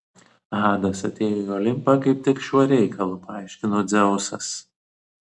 hadas atėjo į olimpą kaip tik šiuo reikalu paaiškino dzeusas